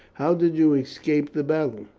how did you escape the battle?